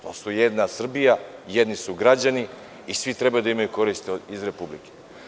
To je jedna Srbija, jedni su građani i svi trebaju da imaju koristi iz Republike.